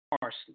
parsley